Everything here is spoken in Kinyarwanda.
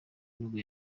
nibwo